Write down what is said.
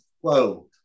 Whoa